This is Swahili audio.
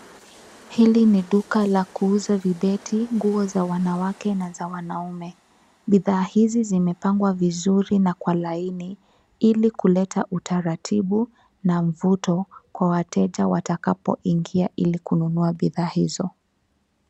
Hili ni duka ya ku uza vibeti, nguo za wanawake za wanaume, bidhaa hizi zimepangwa vizuri na kwa laini ili kuleta utaratibu na mvuto kwa wateja watakapo ingia ili kununua bidhaa hizo.